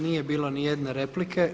Nije bilo ni jedne replike.